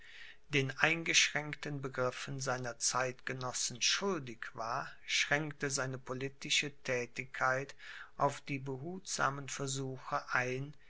den eingeschränkten begriffen seiner zeitgenossen schuldig war schränkte seine politische thätigkeit auf die behutsamen versuche ein